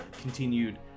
continued